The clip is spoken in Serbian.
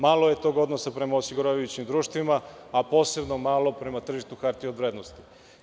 Malo je tog odnosa prema osiguravajućim društvima, a posebno malo prema tržištu hartija od vrednosti.